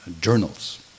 journals